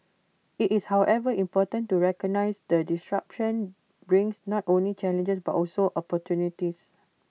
IT is however important to recognise that disruption brings not only challenges but also opportunities